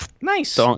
Nice